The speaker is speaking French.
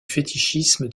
fétichisme